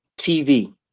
TV